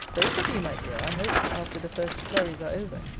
both of you, my dear, i hope, after the first flurries are over.